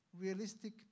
realistic